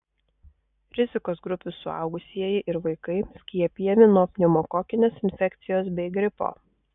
rizikos grupių suaugusieji ir vaikai skiepijami nuo pneumokokinės infekcijos bei gripo